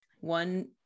one